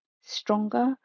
stronger